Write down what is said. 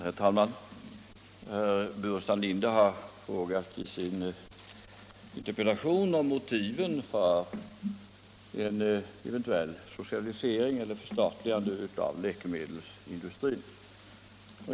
Herr talman! Herr Burenstam Linder har i sin interpellation frågat om motiven för ett eventuellt förstatligande av läkemedelsindustrin.